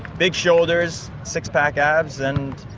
big shoulders, six-pack abs, and.